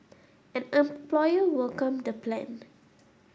an employer welcomed the plan